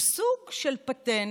הוא סוג של פטנט,